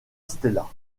stella